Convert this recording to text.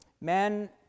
Men